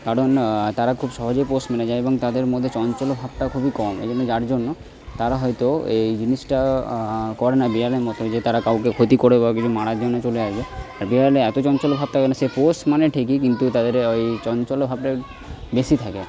কারণ তারা খুব সহজেই পোষ মেনে যায় এবং তাদের মধ্যে চঞ্চল্যভাবটা খুবই কম এ জন্য যার জন্য তারা হয়তো এই জিনিসটা করে না বিড়ালের মতো যে তারা কাউকে ক্ষতি করে বা কিছু মারার জন্য চলে আসবে আর বেড়ালের এত চাঞ্চল্যভাব থাকে না সে পোষ মানে ঠিকই কিন্তু তাদের ওই চঞ্চল্যভাবটা বেশি থাকে